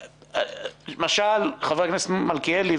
חבר הכנסת מלכיאלי,